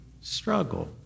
struggle